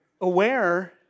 aware